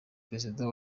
perezida